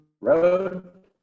road